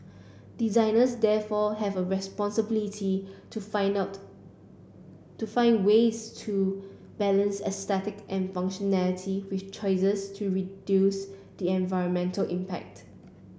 designers therefore have a responsibility to find out to find ways to balance aesthetic and functionality with choices to reduce the environmental impact